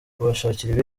kubashakira